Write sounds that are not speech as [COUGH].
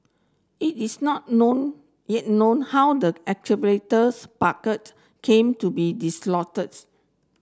it is not known yet known how the [UNINTELLIGIBLE] bucket came to be dislodged